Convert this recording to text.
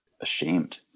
ashamed